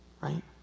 Right